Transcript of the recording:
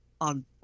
on